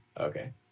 Okay